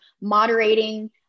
moderating